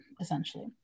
essentially